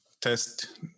test